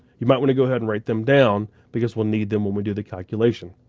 you might wanna go ahead and write them down because we'll need them when we do the calculation.